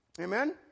Amen